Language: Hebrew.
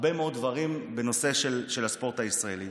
הרבה מאוד דברים בנושא הספורט הישראלי.